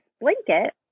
blanket